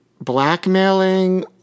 blackmailing